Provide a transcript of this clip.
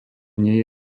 nie